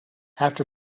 after